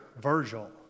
Virgil